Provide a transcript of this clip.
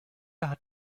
hat